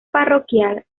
parroquial